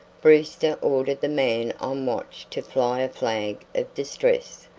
brewster ordered the man on watch to fly a flag of distress.